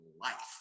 life